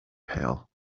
pale